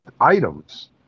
items